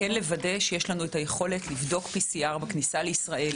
אלא לוודא שיש לנו את היכולת לעשות PCR בכניסה לישראל,